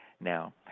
now